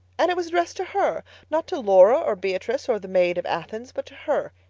and it was addressed to her not to laura or beatrice or the maid of athens, but to her,